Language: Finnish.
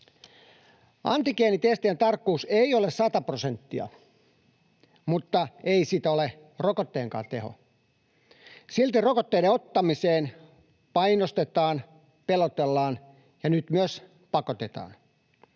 Antigeenitestien tarkkuus ei ole sata prosenttia, mutta ei sitä ole rokotteenkaan teho. Silti rokotteiden ottamiseen painostetaan, pelotellaan ja nyt myös pakotetaan.